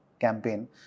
campaign